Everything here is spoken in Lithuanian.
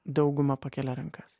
dauguma pakelia rankas